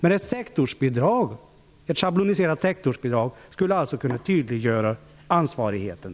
Ett schabloniserat sektorsbidrag skulle kunna tydliggöra ansvarigheten.